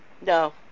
no